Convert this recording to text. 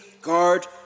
guard